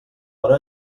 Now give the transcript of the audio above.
hora